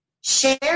share